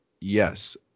yes